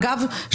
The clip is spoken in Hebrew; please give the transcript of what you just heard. אגב,